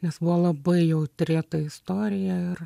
nes buvo labai jautri ta istorija ir